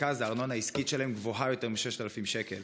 הארנונה העסקית של מרבית העסקים באזור המרכז גבוהה יותר מ-6,000 שקל.